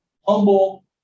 humble